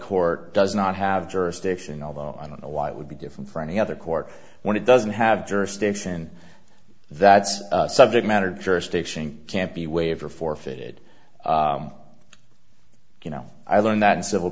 court does not have jurisdiction although i don't know why it would be different for any other court when it doesn't have jurisdiction that's subject matter jurisdiction can't be waived or forfeited you know i learned that in civil